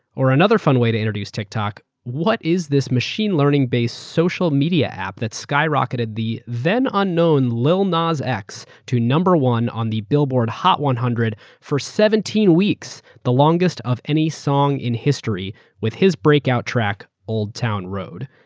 another fun way to introduce tiktok, what is this machine learning-based social media app that skyrocketed the then-unknown lil nas x to number one on the billboard hot one hundred for seventeen weeks, the longest of any song in history with his breakout track old town road?